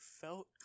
felt